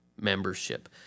membership